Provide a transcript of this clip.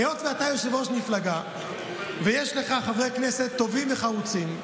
היות שאתה יושב-ראש מפלגה ויש לך חברי כנסת טובים וחרוצים,